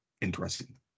interesting